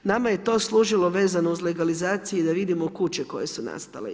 Nama je to služilo vezano uz legalizacije i da vidimo kuće koje su nastale.